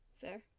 Fair